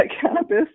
cannabis